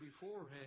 beforehand